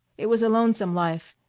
it was a lonesome life.